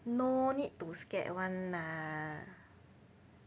no need to scared [one] lah